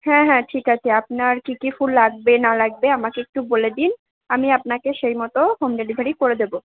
হ্যাঁ হ্যাঁ ঠিক আছে আপনার কী কী ফুল লাগবে না লাগবে আমাকে একটু বলে দিন আমি আপনাকে সেই মতো হোম ডেলিভারি করে দেবো